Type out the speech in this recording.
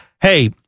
hey